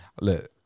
Look